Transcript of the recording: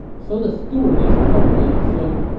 so the stewardess told lady sun,